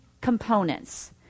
components